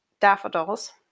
daffodils